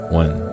one